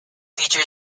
feature